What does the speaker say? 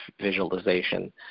visualization